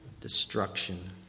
destruction